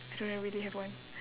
I don't really have one